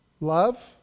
love